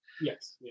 Yes